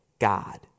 God